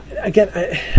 Again